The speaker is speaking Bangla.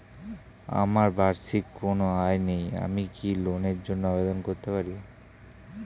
আমার বার্ষিক কোন আয় নেই আমি কি লোনের জন্য আবেদন করতে পারি?